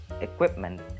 equipment